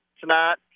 tonight